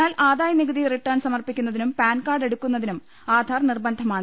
എന്നാൽ ആദായ നികുതി റിട്ടേൺ സമർപ്പിക്കു ന്നതിനും പാൻ കാർഡ് എടുക്കുന്നതിനും ആധാർ നിർബന്ധമാണ്